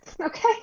okay